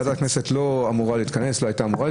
ועדת הכנסת לא היתה אמורה להתכנס עכשיו,